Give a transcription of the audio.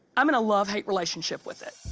i'm in a love-hate relationship with it.